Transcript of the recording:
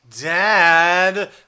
Dad